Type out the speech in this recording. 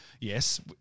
Yes